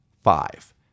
five